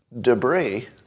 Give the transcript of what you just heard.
debris